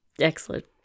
Excellent